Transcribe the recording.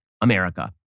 America